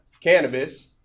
cannabis